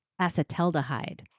acetaldehyde